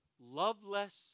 loveless